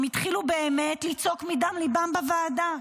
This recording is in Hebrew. הם התחילו באמת לצעוק מדם ליבם בוועדה.